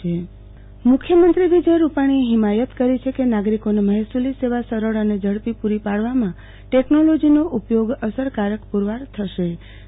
આરતીબેન ભદ્દ મ્ ખ્યમંત્રી વિજય રૂપાણી મુખ્યમંત્રી વિજય રૂપાણીએ હિમાયત કરી છે કે નાગરિકોને મહેસુલી સેવા સરળ અને ઝડપી પુરી પાડવામાં ટેકનોલોજીનો ઉપયોગ અસરકારક પુરવાર શ્રો